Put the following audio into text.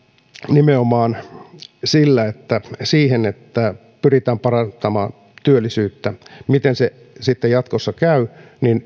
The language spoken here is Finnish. nimenomaan siihen että pyritään parantamaan työllisyyttä miten se sitten jatkossa käy